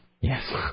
Yes